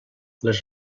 les